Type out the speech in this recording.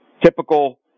typical